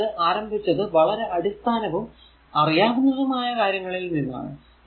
ഞാൻ ഇത് ആരംഭിച്ചത് വളരെ അടിസ്ഥാനവും അറിയാവുന്നതുമായ കാര്യങ്ങളിൽ നിന്നാണ്